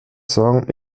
song